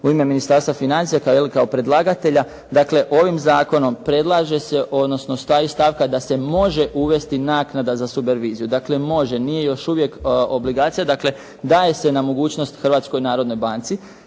u ime Ministarstva financija kao predlagatelja, dakle ovim zakonom predlaže se, odnosno stavka da se može uvesti naknada za superviziju. Dakle može, nije još uvijek obligacija, dakle da je se na mogućnost Hrvatskoj narodnoj banci.